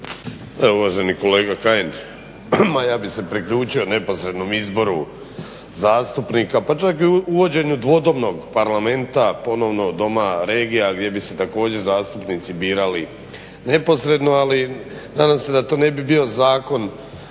uvaženi kolega Kajin ma ja bih se priključio neposrednom izboru zastupnika pa čak i uvođenju dvodobnog parlamenta ponovno Doma regija gdje bi se također zastupnici birali neposredno ali nadam se da to ne bi bio zakon,